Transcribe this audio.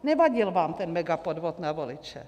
Nevadil vám ten megapodvod na voliče.